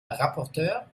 rapporteure